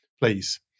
please